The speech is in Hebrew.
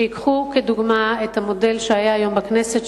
שייקחו כדוגמה את המודל שהיה היום בכנסת,